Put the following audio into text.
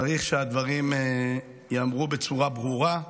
צריך שהדברים ייאמרו בצורה ברורה.